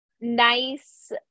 nice